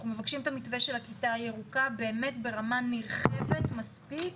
אנחנו מבקשים את המתווה של הכיתה הירוקה באמת ברמה נרחבת מספיק